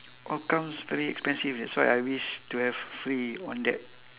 all comes very expensive that's why I wish to have free on that